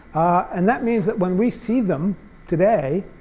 and that means that when we see them today,